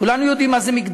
כולנו יודעים מה זה מגדר,